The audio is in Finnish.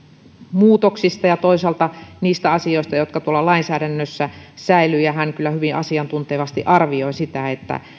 muutoksista ja toisaalta niistä asioista jotka tuolla lainsäädännössä säilyvät ja hän kyllä hyvin asiantuntevasti arvioi sitä että